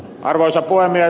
arvoisa puhemies